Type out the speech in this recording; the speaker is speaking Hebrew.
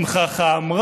/ אם חכם,